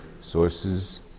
sources